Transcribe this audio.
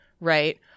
right